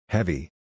Heavy